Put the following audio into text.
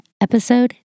episode